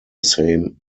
same